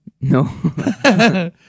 No